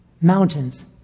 Mountains